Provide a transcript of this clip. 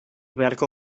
beharko